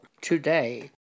today